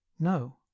no